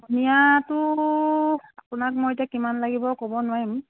ধনিয়াটো আপোনাক মই এতিয়া কিমান লাগিব ক'ব নোৱাৰিম